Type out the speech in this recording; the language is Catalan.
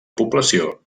població